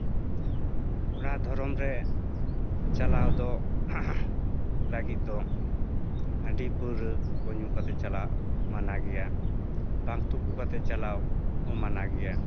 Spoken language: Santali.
ᱚᱱᱟ ᱫᱷᱚᱨᱚᱢ ᱨᱮ ᱪᱟᱞᱟᱣ ᱫᱚ ᱞᱟᱹᱜᱚᱫ ᱫᱚ ᱦᱟᱺᱰᱤ ᱯᱟᱹᱣᱨᱟᱹ ᱠᱚ ᱧᱩ ᱠᱟᱛᱮ ᱪᱟᱞᱟᱜ ᱢᱟᱱᱟ ᱜᱮᱭᱟ ᱵᱟᱝ ᱛᱳᱯᱳ ᱠᱟᱛᱮ ᱪᱟᱞᱟᱣ ᱦᱚᱸ ᱢᱟᱱᱟ ᱜᱮᱭᱟ